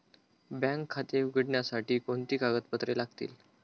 Bank खाते उघडण्यासाठी कोणती कागदपत्रे लागतील?